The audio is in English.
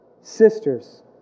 sisters